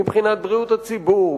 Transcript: מבחינת בריאות הציבור,